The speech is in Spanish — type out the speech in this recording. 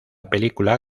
película